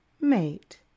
Mate